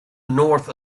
north